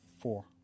Four